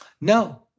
No